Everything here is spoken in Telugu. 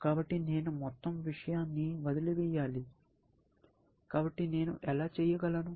కాబట్టి నేను మొత్తం విషయాన్ని వదిలివేయాలి కాబట్టి నేను ఎలా చేయగలను